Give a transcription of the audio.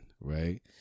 right